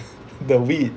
the weed